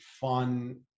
fun